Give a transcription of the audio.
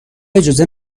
اجازه